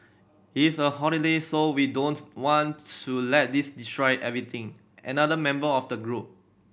it's a holiday so we don't want to let this destroy everything another member of the group